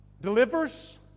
delivers